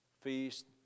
feast